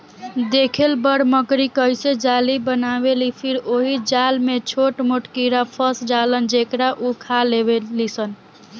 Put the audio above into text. देखेल बड़ मकड़ी कइसे जाली बनावेलि फिर ओहि जाल में छोट मोट कीड़ा फस जालन जेकरा उ खा लेवेलिसन